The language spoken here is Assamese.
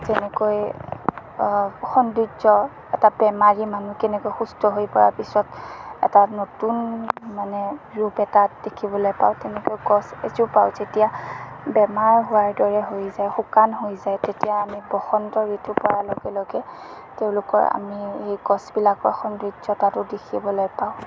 যেনেকৈ সৌন্দৰ্য এটা বেমাৰী মানুহ কেনেকৈ সুস্থ হৈ পৰাৰ পিছত এটা নতুন মানে ৰূপ এটাত দেখিবলৈ পায় তেনেকৈ গছ এজোপাও যেতিয়া বেমাৰ হোৱাৰ দৰে হৈ যায় শুকান হৈ যায় তেতিয়া আমি বসন্ত ঋতু পৰাৰ লগে লগে তেওঁলোকৰ আমি গছবিলাকৰ সৌন্দৰ্যতাটো দেখিবলৈ পাওঁ